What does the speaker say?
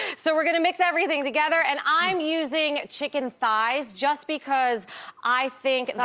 so we're gonna mix everything together and i'm using chicken thighs, just because i think. and like